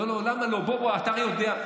למה לא הוגש ערעור,